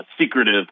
secretive